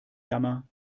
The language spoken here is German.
jammer